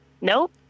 nope